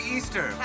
Easter